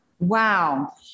Wow